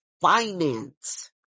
finance